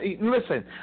Listen